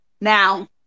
Now